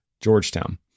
georgetown